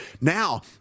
now